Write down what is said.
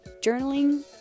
Journaling